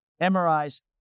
MRIs